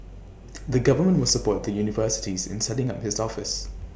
the government will support the universities in setting up this office